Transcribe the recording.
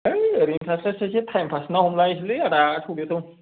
है ओरैनो थास्लाय स्लायसो टाइमपास ना हमलाहैनोसैलै आदा थुदो थौ